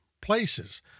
places